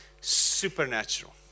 Supernatural